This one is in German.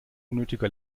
unnötiger